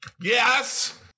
Yes